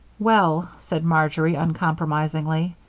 well, said marjory, uncompromisingly,